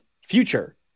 future